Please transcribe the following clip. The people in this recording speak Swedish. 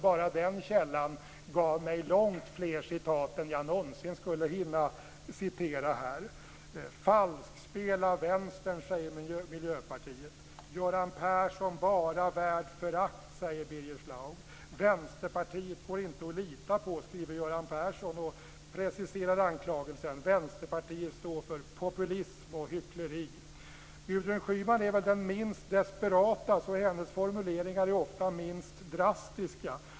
Bara den källan gav mig långt fler citat än jag någonsin skulle hinna ta upp här: "Falskspel av vänstern", säger Miljöpartiet". "Göran Persson bara värd förakt", säger Birger Schlaug. "Vänsterpartiet går inte att lita på", skriver Göran Persson och preciserar anklagelsen: "Vänsterpartiet står för populism och hyckleri." Gudrun Schyman är den minst desperata. Hennes formuleringar är ofta minst drastiska.